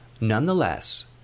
Nonetheless